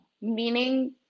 meaning